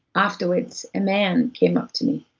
afterwards, a man came up to me,